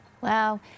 Wow